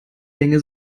länge